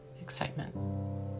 excitement